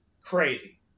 crazy